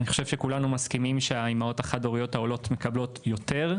אני חושב שכולנו מסכימים שהאימהות החד-הוריות העולות מקבלות יותר,